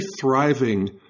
thriving